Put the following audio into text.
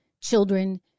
children